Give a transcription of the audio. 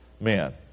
men